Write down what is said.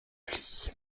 plis